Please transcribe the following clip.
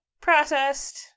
processed